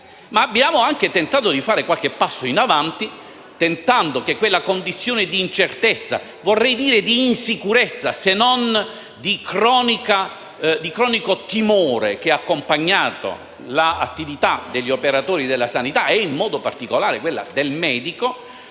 abbiamo anche tentato di fare qualche passo in avanti e, anche in quella condizione di incertezza, di insicurezza, se non di cronico timore che ha accompagnato l'attività degli operatori della sanità e in particolare quella del medico,